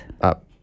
...up